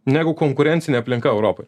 negu konkurencinė aplinka europoj